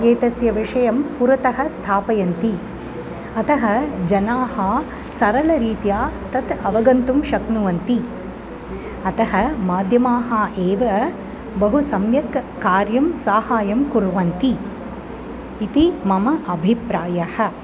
एतस्य विषयं पुरतः स्थापयन्ति अतः जनाः सरलरीत्या तत् अवगन्तुं शक्नुवन्ति अतः माध्यमाः एव बहु सम्यक् कार्यं साहायं कुर्वन्ति इति मम अभिप्रायः